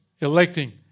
electing